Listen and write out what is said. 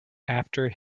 after